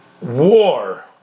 war